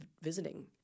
visiting